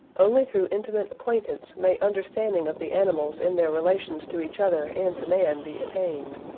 only through intimate acquaintance may understanding of the animals in their relations to each other and to man be attained.